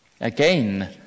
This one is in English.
again